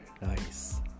nice